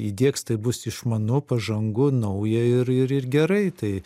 įdiegs tai bus išmanu pažangu nauja ir ir ir gerai tai